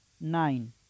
nine